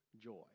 joy